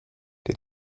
der